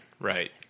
right